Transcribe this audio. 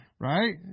Right